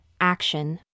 Action